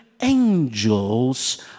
angels